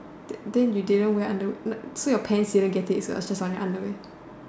that then you didn't wear underwear like so your pants didn't get it it's just on your underwear